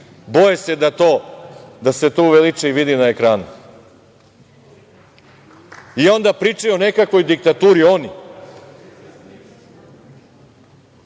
krivicu da se to uveliča i vidi na ekranu i onda pričaju o nekoj diktaturu oni,